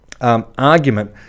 argument